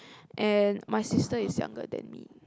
and my sister is younger than me